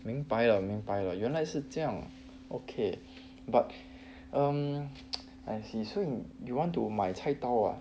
明白了明白了原来是这样 okay but um I see so you want to 买菜刀 ah